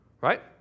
right